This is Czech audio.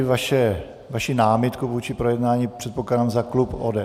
Eviduji vaši námitku vůči projednání předpokládám za klub ODS.